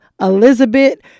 Elizabeth